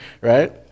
right